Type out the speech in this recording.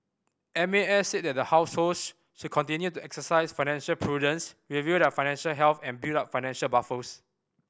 M A S said that households should continue to exercise financial prudence review their financial health and build up financial buffers